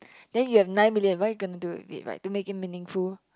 then you have nine million what gonna do with it like to make it meaningful